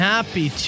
Happy